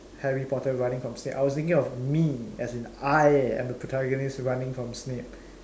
Harry-Potter running from Snape I was thinking of me as in I am the protagonist running from Snape